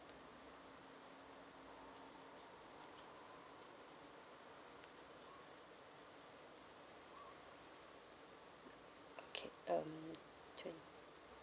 okay um